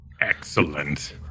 Excellent